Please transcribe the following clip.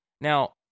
Now